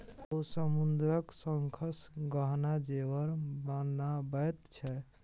ओ समुद्रक शंखसँ गहना जेवर बनाबैत छै